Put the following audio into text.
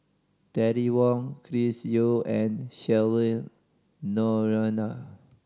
Terry Wong Chris Yeo and Cheryl Noronha